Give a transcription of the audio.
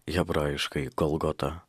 hebrajiškai golgotą